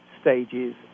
stages